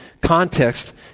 context